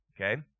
okay